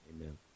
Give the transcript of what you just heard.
Amen